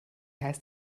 heißt